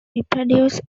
reproduced